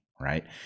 right